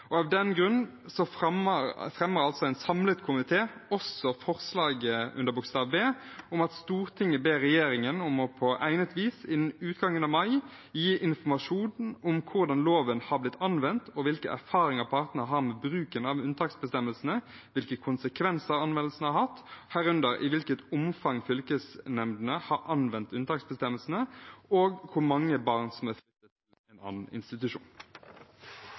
Av den grunn fremmer en samlet komité også forslaget under B om at Stortinget ber regjeringen om på egnet vis innen utgangen av mai å gi informasjon om hvordan loven har blitt anvendt, hvilke erfaringer partene har med bruken av unntaksbestemmelsene, hvilke konsekvenser anvendelsene har hatt, herunder i hvilket omfang fylkesnemndene har anvendt unntaksbestemmelsene, og hvor mange barn som er flyttet til en annen institusjon.